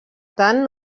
tant